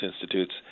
Institutes